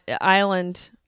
Island